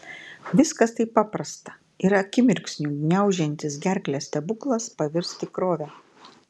viskas taip paprasta ir akimirksniu gniaužiantis gerklę stebuklas pavirs tikrove